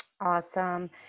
Awesome